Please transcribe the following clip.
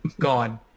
gone